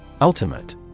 Ultimate